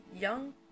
young